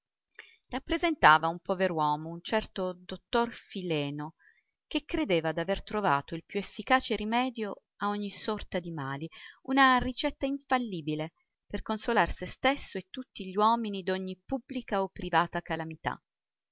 rappresentava un pover uomo un certo dottor fileno che credeva d'aver trovato il più efficace rimedio a ogni sorta di mali una ricetta infallibile per consolar se stesso e tutti gli uomini d'ogni pubblica o privata calamità